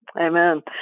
Amen